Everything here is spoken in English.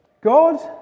God